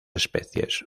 especies